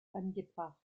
angebracht